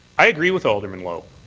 i agree with alderman lowe.